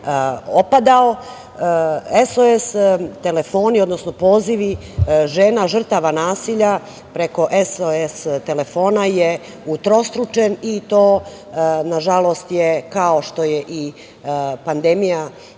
opada SOS telefoni, odnosno pozivi žena žrtava nasilja preko SOS telefona je utrostručen, i to je nažalost, kao što je i pandemija